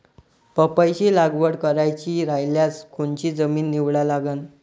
पपईची लागवड करायची रायल्यास कोनची जमीन निवडा लागन?